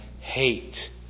hate